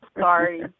Sorry